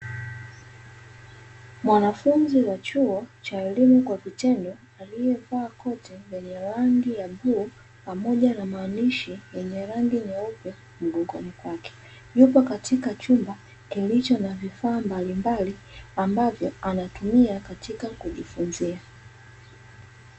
Mwanafunzi wa chuo cha elimu kwa vitendo aliyevaa koti lenye rangi ya bluu pamoja na maandishi yenye rangi nyeupe mgongoni kwake. Yupo katika chumba kilicho na vifaa mbalimbali ambavyo anatumia katika kujifunzia.